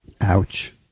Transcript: Ouch